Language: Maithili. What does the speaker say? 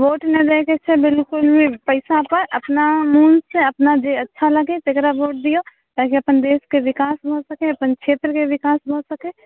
वोट नहि दयके छै बिलकुल भी पैसा पर अपना मन से अपना जे अच्छा लगे तकरा वोट दिऔ ताकि अपन देशके विकास भऽ सकै अपन छेत्रके विकास भऽ सकै